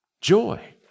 joy